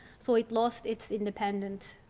so it lost its independent